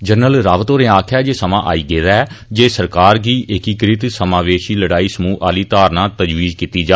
general Rawat होरें आक्खेया जे समां आयी गेदा ऐ जे सरकार गी एकीकृत समावेशी लड़ाई समूह आहली धारणा तजवीज कीती जा